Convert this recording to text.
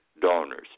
donors